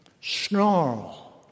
snarl